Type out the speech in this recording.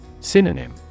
Synonym